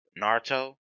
Naruto